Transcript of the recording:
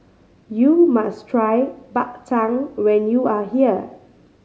you must try Bak Chang when you are here